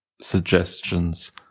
suggestions